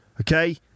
Okay